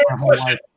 question